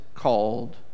called